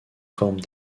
forme